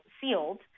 sealed